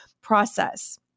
process